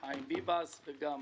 עם כניסתי לתפקיד, גם מחיים ביבס וגם